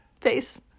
face